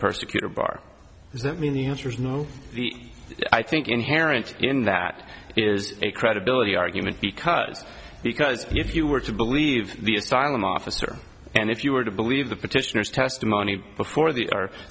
persecutor bar does that mean the answer is no i think inherent in that is a credibility argument because because if you were to believe the asylum officer and if you were to believe the petitioners testimony before the ar